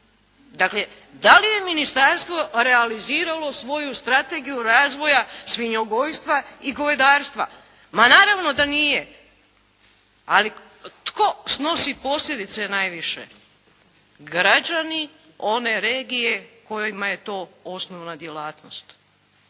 Dakle, da li je ministarstvo realiziralo svoju strategiju razvoja svinjogojstva i govedarstva? Ma naravno da nije. Ali tko snosi posljedice najviše? Građani one regije kojima je to osnovna djelatnost.